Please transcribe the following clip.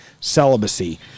celibacy